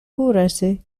κούραση